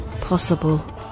possible